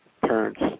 parents